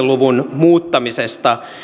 luvun muuttamisesta